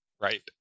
right